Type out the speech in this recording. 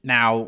Now